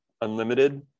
unlimited